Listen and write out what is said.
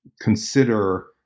consider